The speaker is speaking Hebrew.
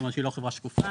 זה אומר שהיא לא חברה שקופה,